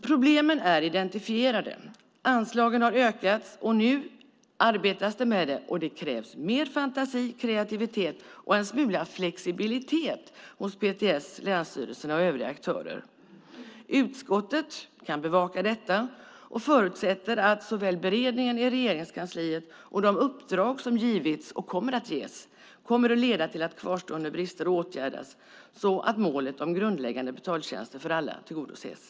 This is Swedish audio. Problemen är identifierade. Anslagen har ökats, och nu arbetas det med det. Det krävs mer fantasi och kreativitet och en smula flexibilitet hos PTS, länsstyrelserna och övriga aktörer. Utskottet kan bevaka detta och förutsätter att såväl beredningen i Regeringskansliet som de uppdrag som givits och kommer att ges kommer att leda till att kvarstående brister åtgärdas, så att målet om grundläggande betaltjänster för alla tillgodoses.